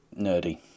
nerdy